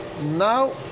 now